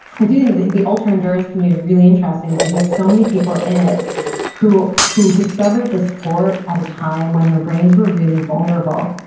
i do think the ultra-endurance community's really interesting, because you have so many people in it who who discovered the sport at a time when their brains were really vulnerable,